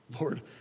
Lord